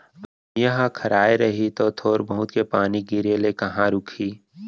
भुइयॉं ह खराय रही तौ थोर बहुत के पानी गिरे ले कहॉं रूकही